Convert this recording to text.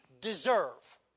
deserve